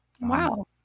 Wow